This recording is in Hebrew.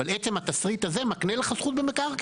אבל, עצם התסריט הזה מקנה לך זכות במקרקעין.